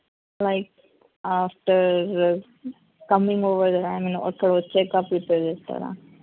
like after coming over the రామినో అక్కడ వచ్చాక ప్రిపేర్ చేస్తారా